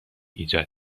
ایجاد